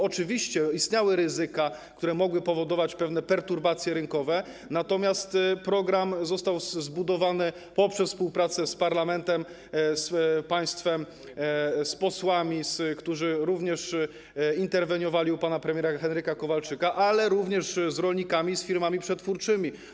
Oczywiście istniały ryzyka, które mogły powodować pewne perturbacje rynkowe, natomiast program został stworzony we współpracy z parlamentem, z państwem, z posłami, którzy również interweniowali u pana premiera Henryka Kowalczyka, ale także z rolnikami, z firmami przetwórczymi.